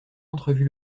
entrevu